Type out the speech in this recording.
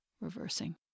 reversing